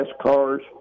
cars